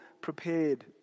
prepared